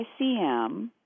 ICM